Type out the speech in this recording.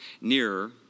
nearer